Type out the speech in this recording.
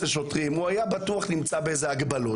לשוטרים הוא היה בטוח נמצא באיזה הגבלות.